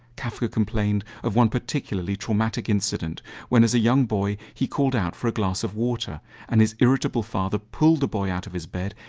kafka complained of one particularly traumatic incident when as a young boy he called out for a glass of water and his irritable father pulled the boy out of his bed,